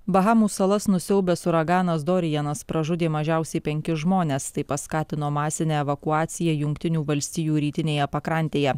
bahamų salas nusiaubęs uraganas dorianas pražudė mažiausiai penkis žmones tai paskatino masinę evakuaciją jungtinių valstijų rytinėje pakrantėje